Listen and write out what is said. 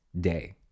day